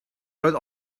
roedd